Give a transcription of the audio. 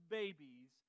babies